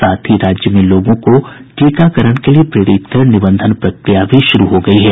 साथ ही राज्य में लोगों को टीकाकरण के लिए प्रेरित कर निबंधन प्रक्रिया भी शुरू हो गयी है